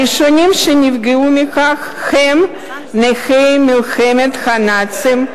הראשונים שנפגעו מכך הם נכי המלחמה בנאצים,